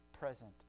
present